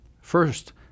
First